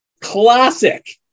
Classic